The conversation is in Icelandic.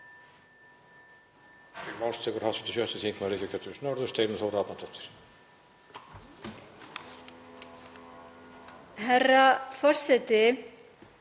Herra forseti.